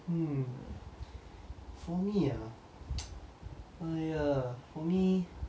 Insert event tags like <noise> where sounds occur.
hmm for me ah <noise> !aiya! for me